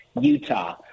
Utah